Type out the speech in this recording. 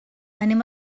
anem